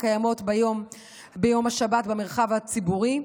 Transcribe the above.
הקיימות ביום השבת במרחב הציבורי,